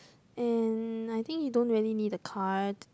and I think you don't really need the card